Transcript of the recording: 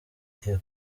igiye